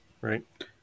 right